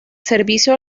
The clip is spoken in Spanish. servicio